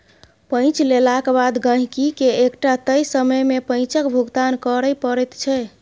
पैंच लेलाक बाद गहिंकीकेँ एकटा तय समय मे पैंचक भुगतान करय पड़ैत छै